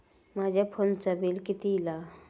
माझ्या फोनचा बिल किती इला?